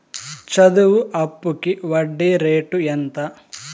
చదువు అప్పుకి వడ్డీ రేటు ఎంత?